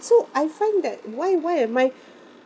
so I find that why why am I